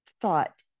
thought